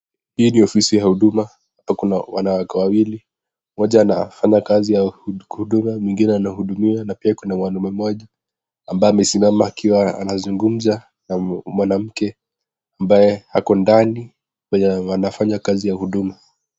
Hii ni ofisi ya Huduma na kuna wanawake wawili moja anafanya kazi ya huduma na mwingine anahudumiwa na pia kuna mwanaume mmoja ambaye amesimama akiwa anazungumza na mwanamke ambaye ako ndani wenye wanafanya kazi ya huduma.